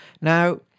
Now